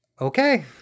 okay